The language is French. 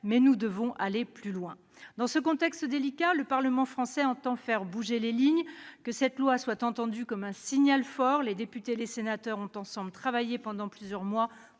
mais nous devons aller plus loin ! Dans ce contexte délicat, le Parlement français entend faire bouger les lignes. Que cette proposition de loi soit entendue comme un signal fort par le Gouvernement : les députés et les sénateurs ont, ensemble, travaillé pendant plusieurs mois